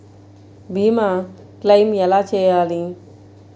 భీమ క్లెయిం ఎలా చేయాలి?